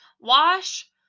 wash